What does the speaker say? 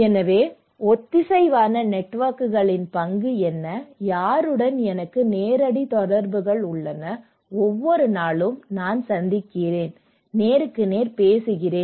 எனவே ஒத்திசைவான நெட்வொர்க்குகளின் பங்கு என்ன யாருடன் எனக்கு நேரடி தொடர்புகள் உள்ளன ஒவ்வொரு நாளும் நான் சந்திக்கிறேன் நேருக்கு நேர் பேசுகிறேன்